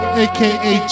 aka